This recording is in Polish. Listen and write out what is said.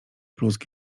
plusk